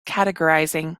categorizing